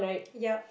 yup